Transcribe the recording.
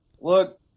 look